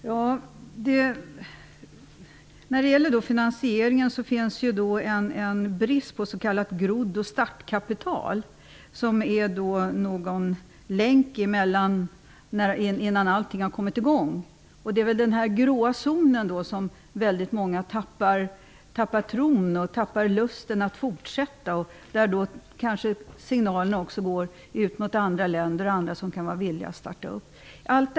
Herr talman! När det gäller finansieringen finns det en brist på s.k. grodd och startkapital, som kan fungera som en länk innan projektet har kommit i gång. Det är i denna gråzon som många tappar tron och lusten att fortsätta. Dessutom kan signalerna där gå till intressenter i andra länder som kan vara villiga att stödja ett projekt.